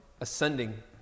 ascending